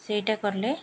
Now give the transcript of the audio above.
ସେଇଟା କଲେ